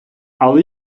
але